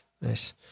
Nice